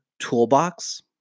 toolbox